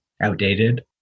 outdated